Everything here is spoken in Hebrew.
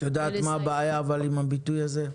את יודעת מה הבעיה עם הביטוי הזה,